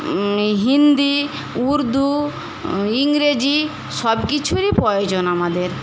হিন্দি উর্দু ইংরেজি সব কিছুরই প্রয়োজন আমাদের